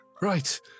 right